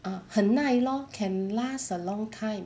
ah 很耐 lor can last a long time